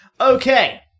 Okay